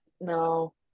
No